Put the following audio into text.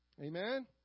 Amen